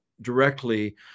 directly